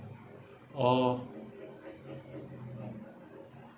orh